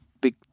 big